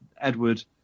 Edward